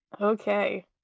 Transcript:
Okay